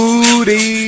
Booty